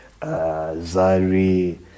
zari